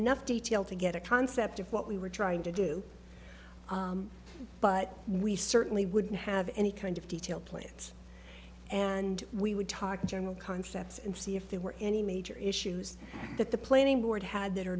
enough detail to get a concept of what we were trying to do but we certainly wouldn't have any kind of detail plants and we would talk in general concepts and see if there were any major issues that the planning board had that are